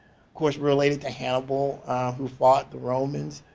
course related to hannibal who fought the romans.